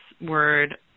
word